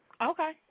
Okay